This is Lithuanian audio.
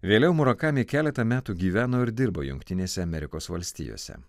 vėliau murakami keletą metų gyveno ir dirbo jungtinėse amerikos valstijose